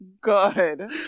good